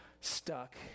stuck